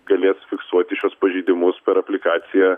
galės fiksuoti šiuos pažeidimus per aplikaciją